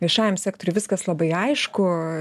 viešajam sektoriui viskas labai aišku